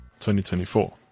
2024